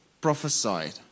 prophesied